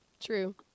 true